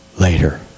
later